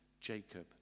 Jacob